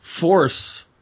force